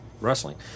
wrestling